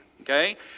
Okay